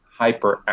hyperactive